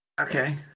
Okay